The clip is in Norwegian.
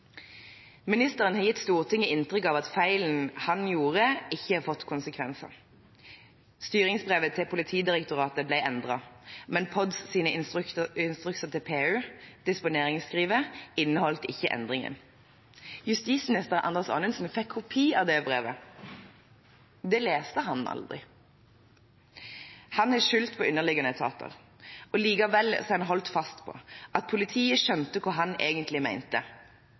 Ministeren har gitt Stortinget inntrykk av at feilen han gjorde, ikke har fått konsekvenser. Styringsbrevet til Politidirektoratet ble endret, men PODs instrukser til PU, disponeringsskrivet, inneholdt ikke endringen. Justisminister Anders Anundsen fikk kopi av det brevet. Det leste han aldri. Han har skyldt på underliggende etater. Likevel har han holdt fast på at politiet skjønte hva han egentlig mente,